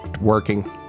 working